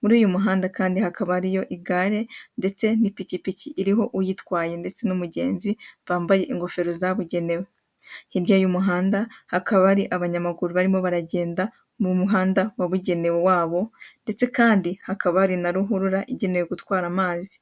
Muri uyu muhanda kandi hakaba hariyo igare ndetse n'ipikipiki iriho uyitwaye ndetse n'umugenzi bambaye ingofero zabugenewe, hirya y'umuhanda hakaba hari abanyamaguru barimo baragenda mu muhanda wabugenewe wabo ndetse kandi hakaba hari na ruhurura igenewe gutwara amazi.